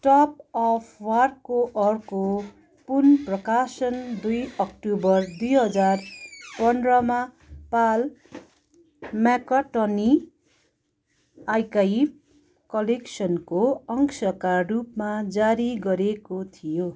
tug of वारको अर्को पुन प्रकाशन दुई अक्टोबर दुई हजार पन्ध्रमा पाल म्याकार्टनी आर्काइभ कलेक्सनको अंशका रूपमा जारी गरिएको थियो